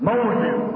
Moses